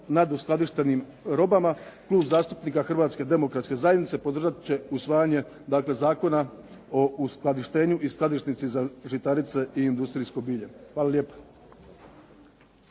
nad uskladištenim robama, Klub zastupnika Hrvatske demokratske zajednice podržat će usvajanje dakle Zakona o uskladištenju i skladišnici za žitarice i industrijsko bilje. Hvala lijepa.